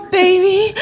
baby